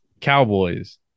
cowboys